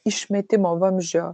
išmetimo vamzdžio